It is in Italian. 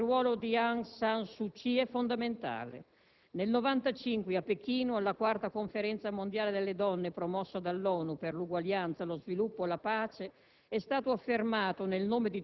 Sappiamo che in questo il ruolo di Aung San Suu Kyi è fondamentale. Nel 1995, a Pechino, alla quarta Conferenza mondiale delle donne promossa dall'ONU per l'uguaglianza, lo sviluppo e la pace,